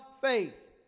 faith